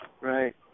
Right